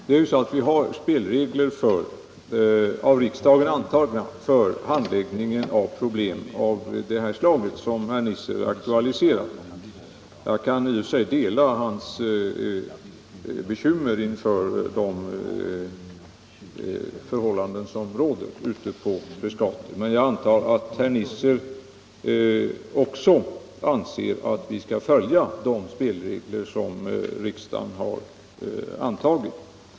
Herr talman! Vi har av riksdagen antagna spelregler för handläggning av problem av det slag som herr Nisser har aktualiserat. Jag kan i och för sig dela hans bekymmer inför de förhållanden som råder i Frescati, 21 men jag antar att också herr Nisser anser att vi skall följa de spelregler som riksdagen har antagit.